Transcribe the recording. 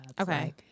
Okay